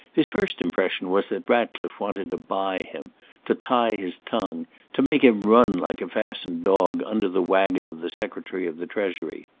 his first impression was that ratcliffe wanted to buy him to tie his tongue to make him run, like a fastened dog, under the waggon of the secretary of the treasury.